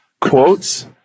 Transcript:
quotes